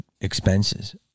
expenses